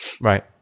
Right